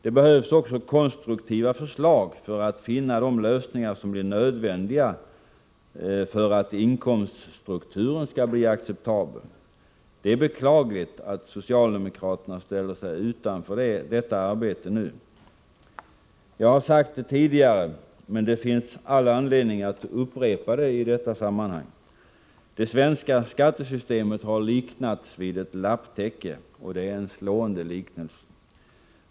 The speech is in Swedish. Det behövs också konstruktiva förslag för att finna de lösningar som blir nödvändiga för att inkomststrukturen skall bli acceptabel. Det är beklagligt att socialdemokraterna ställer sig utanför detta arbete nu. Jag har sagt det tidigare, men det finns all anledning att upprepa det i detta sammanhang: Det svenska skattesystemet har liknats vid ett lapptäcke. Det är en slående liknelse.